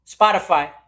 Spotify